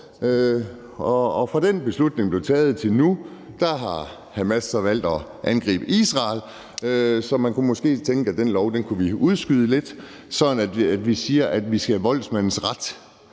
Og fra den beslutning blev taget til nu, har Hamas så valgt at angribe Israel, så man kunne måske tænke, at den lov kunne vi udskyde lidt, sådan at vi siger, at voldsmandens ret